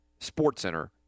SportsCenter